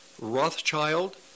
Rothschild